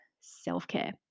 self-care